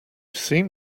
seem